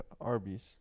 Arby's